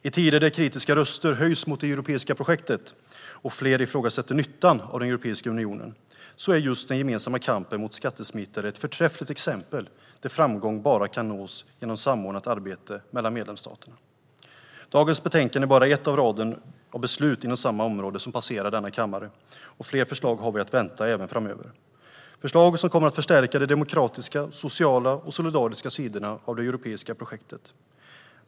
I tider då kritiska röster höjs mot det europeiska projektet och fler ifrågasätter nyttan av den europeiska unionen är just den gemensamma kampen mot skattesmitare ett förträffligt exempel på att framgång bara kan nås genom samordnat arbete mellan medlemsstaterna. Dagens betänkande är bara ett i raden av beslut inom samma område som passerar denna kammare. Fler förslag har vi att vänta framöver. Det är förslag som kommer att förstärka de demokratiska, sociala och solidariska sidorna av det europeiska projektet.